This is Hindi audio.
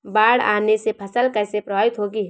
बाढ़ आने से फसल कैसे प्रभावित होगी?